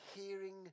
hearing